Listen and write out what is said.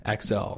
XL